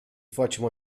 facem